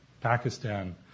Pakistan